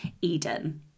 Eden